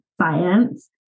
science